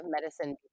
medicine